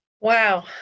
Wow